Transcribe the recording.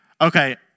Okay